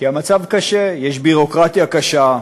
כי המצב קשה, יש ביורוקרטיה קשה,